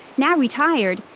now retired,